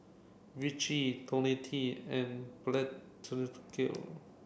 Vichy Ionil T and